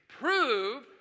Prove